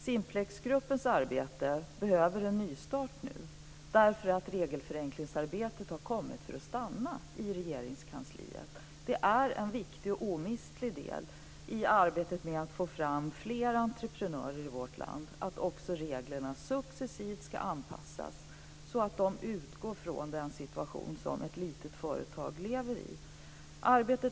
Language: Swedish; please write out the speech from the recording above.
Simplexgruppens arbete behöver en nystart nu, för regelförenklingsarbetet har kommit för att stanna i Regeringskansliet. Det är en viktig och omistlig del i strävan att få fram fler entreprenörer i vårt land att också reglerna successivt anpassas så att de utgår från den situation som ett litet företag lever i.